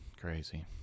crazy